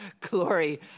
glory